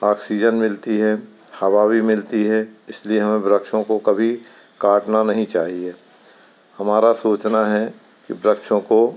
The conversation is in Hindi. ऑक्सीज़न मिलती है हवा भी मिलती है इसलिए हमें वृक्षों को कभी काटना नहीं चाहिए हमारा सोचना है कि वृक्षों को